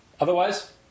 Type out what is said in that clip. Otherwise